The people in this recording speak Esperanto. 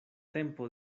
tempo